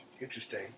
Interesting